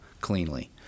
cleanly